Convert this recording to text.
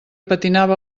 patinava